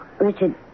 Richard